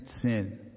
sin